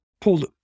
pulled